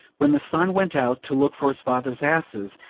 when the son went out to look for his father's asses,